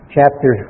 Chapter